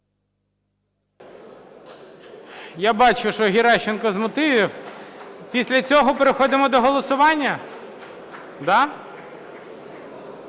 Я бачу, що Геращенко з мотивів. Після цього переходимо до голосування,